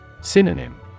Synonym